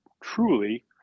truly